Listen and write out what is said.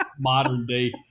modern-day